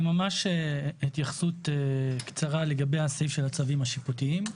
אני ממש התייחסות קצרה לגבי הסעיף של הצווים השיפוטיים.